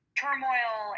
turmoil